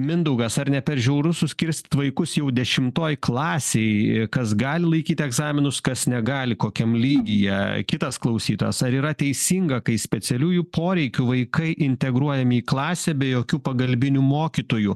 mindaugas ar ne per žiauru suskirstyt vaikus jau dešimtoj klasėj kas gali laikyt egzaminus kas negali kokiam lygyje kitas klausytojas ar yra teisinga kai specialiųjų poreikių vaikai integruojami į klasę be jokių pagalbinių mokytojų